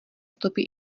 stopy